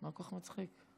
יש לך שלוש דקות.